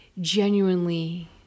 genuinely